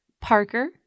Parker